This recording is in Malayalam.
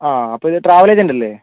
ആ അപ്പോൾ ഇത് ട്രാവൽ ഏജന്റല്ലേ